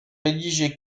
rédigés